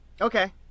Okay